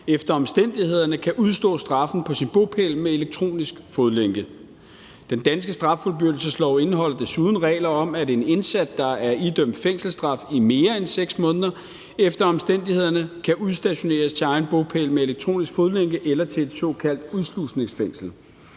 efter omstændighederne kan udestå straffen på sin bopæl med en elektronisk fodlænke. Den danske straffuldbyrdelseslov indeholder desuden regler om, at en indsat, der er idømt en fængselsstraf i mere end 6 måneder, efter omstændighederne kan udstationeres til egen bopæl med en elektronisk fodlænke eller til et såkaldt udslusningsfængsel.